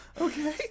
okay